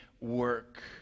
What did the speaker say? work